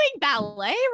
ballet